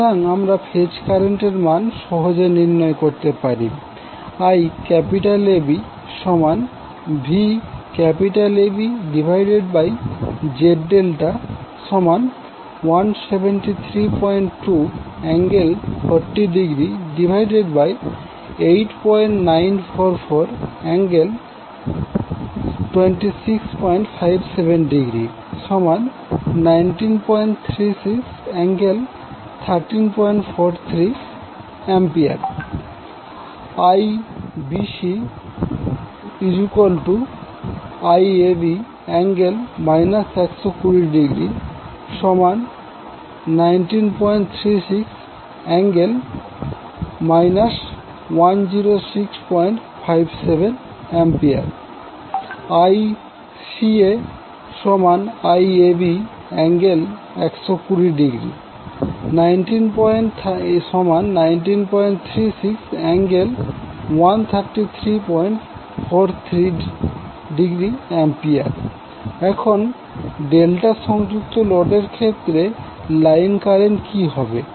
সুতরাং আমরা ফেজ কারেন্টের মান সহজে নির্ণয় করতে পারি IABVABZ∆1732∠40°8944∠2657°1936∠1343°A IBCIAB∠ 120°1936∠ 10657°A ICAIAB∠120°1936∠13343°A এখন ডেল্টা সংযুক্ত লোডের ক্ষেত্রে লাইন কারেন্ট কি হবে